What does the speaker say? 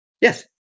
Yes